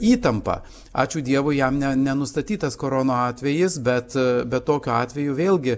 įtampą ačiū dievui jam ne nenustatytas korono atvejis bet be tokiu atveju vėlgi